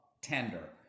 tender